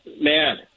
man